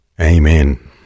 Amen